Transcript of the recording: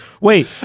wait